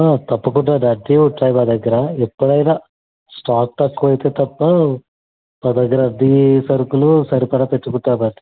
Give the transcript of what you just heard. తప్పకుండా అన్ని ఉంటాయి మా దగ్గర ఎప్పుడైనా స్టాక్ తక్కువ అయితే తప్ప మా దగ్గర అన్ని సరుకులు సరిపడా పెట్టుకుంటాం అండి